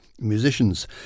Musicians